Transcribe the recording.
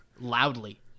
Loudly